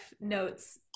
notes